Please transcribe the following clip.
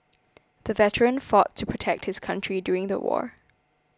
the veteran fought to protect his country during the war